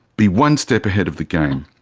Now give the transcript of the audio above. be one step ahead of the game,